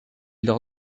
leur